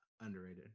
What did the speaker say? underrated